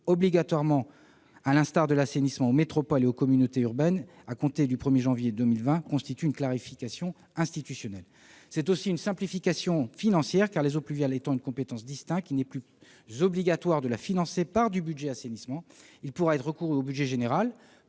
obligatoirement, à l'instar de l'assainissement, aux métropoles et aux communautés urbaines à compter du 1 janvier 2020 constitue une clarification institutionnelle. C'est aussi une simplification financière, car la gestion des eaux pluviales étant une compétence distincte, il n'est plus obligatoire de la financer par le budget de l'assainissement : il pourra être recouru au budget général,